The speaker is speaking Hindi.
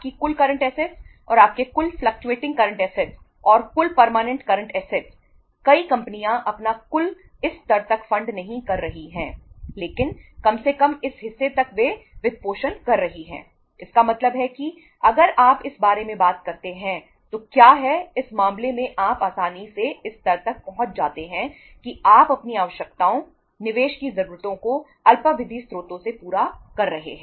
यहां अग्रेशन नहीं कर रही हैं लेकिन कम से कम इस हिस्से तक वे वित्त पोषण कर रही हैं इसका मतलब है कि अगर आप इस बारे में बात करते हैं तो क्या है इस मामले में आप आसानी से इस स्तर तक पहुँच जाते हैं कि आप अपनी आवश्यकताओं निवेश की जरूरतों को अल्पावधि स्रोतों से पूरा कर रहे हैं